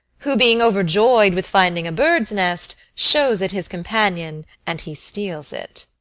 who, being overjoy'd with finding a bird's nest, shows it his companion, and he steals it.